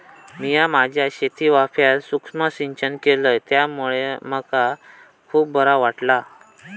मिया माझ्या शेतीवाफ्यात सुक्ष्म सिंचन केलय त्यामुळे मका खुप बरा वाटला